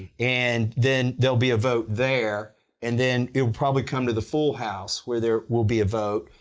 and then there'll be a vote there and then it will probably come to the full house where there will be a vote.